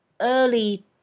early